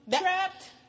Trapped